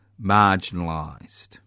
marginalised